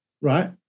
Right